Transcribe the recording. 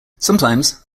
sometimes